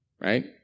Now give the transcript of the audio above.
right